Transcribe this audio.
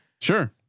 Sure